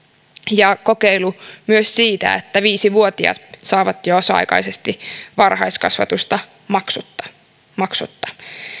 ja myös kokeilu siitä että viisi vuotiaat saavat jo osa aikaisesti varhaiskasvatusta maksutta maksutta